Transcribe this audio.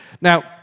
Now